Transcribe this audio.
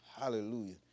Hallelujah